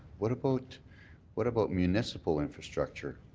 what about what about municipal infrastructure?